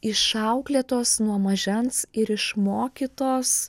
išauklėtos nuo mažens ir išmokytos